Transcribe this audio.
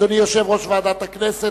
יושב-ראש ועדת הכנסת